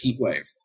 Heatwave